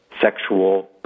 sexual